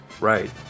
Right